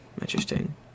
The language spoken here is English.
Interesting